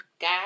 guy